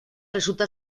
resulta